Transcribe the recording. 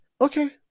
okay